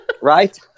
Right